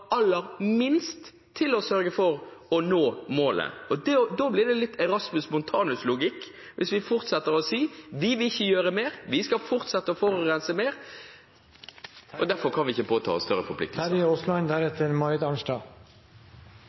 aller minst til å sørge for å nå målet. Da blir det litt Erasmus Montanus-logikk hvis vi fortsetter å si: De vil ikke gjøre mer, vi skal fortsette å forurense mer, og derfor kan vi ikke påta oss større